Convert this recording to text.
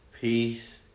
peace